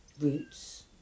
roots